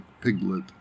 Piglet